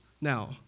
now